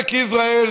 עמק יזרעאל